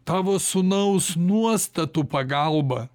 tavo sūnaus nuostatų pagalba